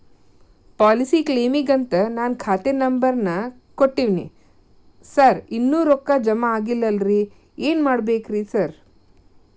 Policy ಕ್ಲೇಮಿಗಂತ ನಾನ್ ಖಾತೆ ನಂಬರ್ ನಾ ಕೊಟ್ಟಿವಿನಿ ಸಾರ್ ಇನ್ನೂ ರೊಕ್ಕ ಜಮಾ ಆಗಿಲ್ಲರಿ ಏನ್ ಮಾಡ್ಬೇಕ್ರಿ ಸಾರ್?